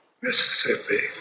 Mississippi